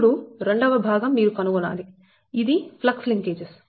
ఇప్పుడు రెండవ భాగం మీరు కనుగొనాలి ఇది ఫ్లక్స్ లింకేజెస్